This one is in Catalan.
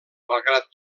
malgrat